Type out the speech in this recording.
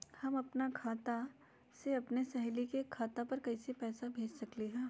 हम अपना खाता से अपन सहेली के खाता पर कइसे पैसा भेज सकली ह?